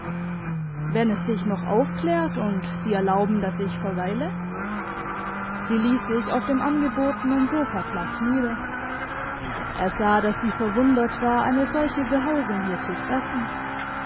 wenn es sich noch aufklärt und sie erlauben dass ich verweile sie liess sich auf dem angebotenen sofaplatz nieder er sah dass sie verwundert war eine solche behausung hier zu treffen